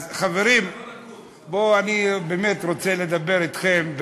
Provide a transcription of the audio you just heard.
אז חברים, בואו, אני באמת רוצה לדבר אתכם,